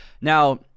Now